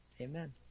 amen